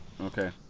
Okay